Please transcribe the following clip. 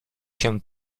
się